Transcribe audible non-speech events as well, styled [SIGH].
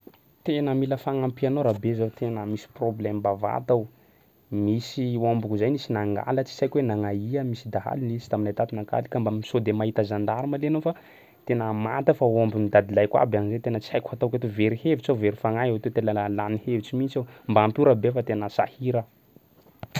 Tena mila fagnampianao rabe zao tena misy problème bavata aho misy ombiko zay nisy nangalatsy tsy haiko hoe nagnaia misy dahalo nilitry taminay tato nankaly ka mba m- sao de mahita gendarme lihy anao fa tena maty aho fa ombin'ny dadilahiko aby agny zay tena tsy haiko hataoko eto, very hevitsy aho very fagnahy to tena la- lany hevitsy mihitsy aho mba ampio rabe fa tena sahira aho. [NOISE]